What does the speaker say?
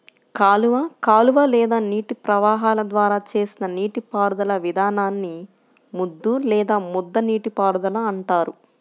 కాలువ కాలువ లేదా నీటి ప్రవాహాల ద్వారా చేసిన నీటిపారుదల విధానాన్ని ముద్దు లేదా ముద్ద నీటిపారుదల అంటారు